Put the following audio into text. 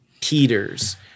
peter's